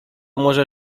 może